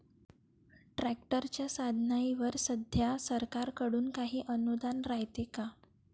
ट्रॅक्टरच्या साधनाईवर सध्या सरकार कडून काही अनुदान रायते का?